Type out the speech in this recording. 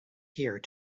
here